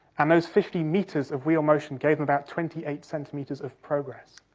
and those fifty metres of wheel motion gave them about twenty eight centimetres of progress.